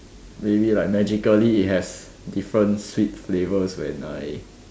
maybe like magically it has different sweet flavours when I